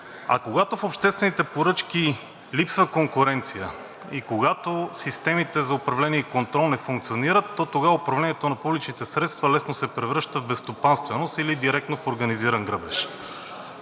А когато в обществените поръчки липса конкуренция и когато системите за управление и контрол не функционират, то тогава управлението на публичните средства лесно се превръща в безстопанственост или директно в организиран грабеж.